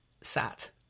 sat